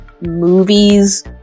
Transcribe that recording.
movies